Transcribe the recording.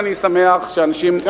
אני שמח שאנשים,